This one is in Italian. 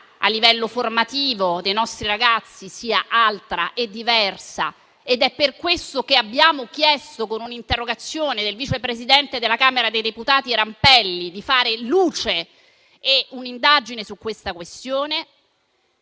a livello formativo dei nostri ragazzi sia altra e diversa. È per questo che abbiamo chiesto con un'interrogazione del vicepresidente della Camera dei deputati Rampelli di fare luce, avviando un'indagine sulla questione.